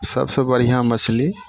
सबसे बढ़िआँ मछली